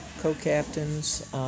co-captains